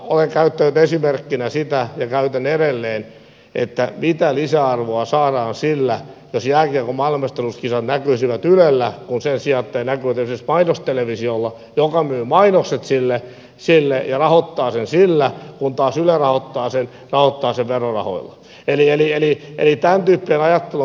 olen käyttänyt esimerkkinä sitä ja käytän edelleen että mitä lisäarvoa saadaan sillä jos jääkiekon maailmanmestaruuskisat näkyisivät ylellä sen sijaan että ne näkyvät esimerkiksi mainostelevisiolla joka myy mainokset niille ja rahoittaa ne sillä kun taas yle rahoittaa ne verorahoilla